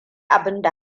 abinda